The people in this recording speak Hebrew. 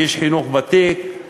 איש חינוך ותיק,